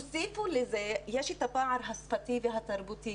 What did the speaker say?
תוסיפו לזה שיש את הפער השפתי והתרבותי,